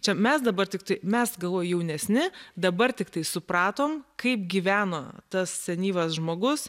čia mes dabar tiktai mes galvoj jaunesni dabar tiktai supratom kaip gyveno tas senyvas žmogus